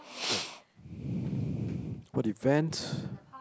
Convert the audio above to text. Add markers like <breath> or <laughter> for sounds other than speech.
<noise> <breath> what event